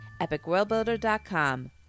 EpicWorldBuilder.com